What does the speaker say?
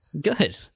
Good